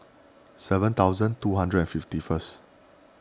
seven thousand two hundred and fifty first